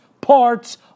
parts